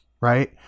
right